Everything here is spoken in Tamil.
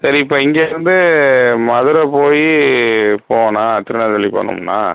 சரி இப்போ இங்கேருந்து மதுரை போய் போனால் திருநெல்வேலி போனோம்னால்